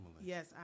Yes